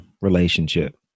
relationship